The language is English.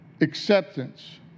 acceptance